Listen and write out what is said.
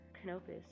Canopus